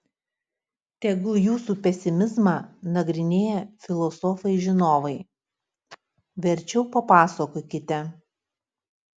tegul jūsų pesimizmą nagrinėja filosofai žinovai verčiau papasakokite